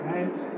Right